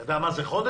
אתה יודע מה זה חודש?